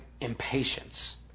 impatience